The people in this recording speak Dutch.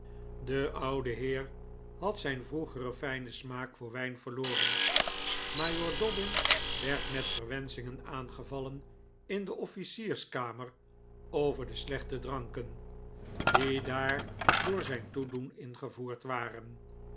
de oude heer had zijn vroegeren fijnen smaak voor wijn verloren majoor dobbin werd met verwenschingen aangevallen in de officierskamer over de slechte dranken die daar door zijn toedoen ingevoerd waren